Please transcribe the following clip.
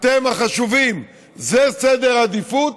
אתם החשובים, זה סדר העדיפויות.